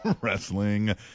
wrestling